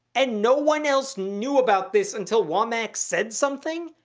and no one else knew about this until wommack said something?